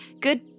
good